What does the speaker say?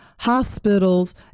hospitals